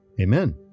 amen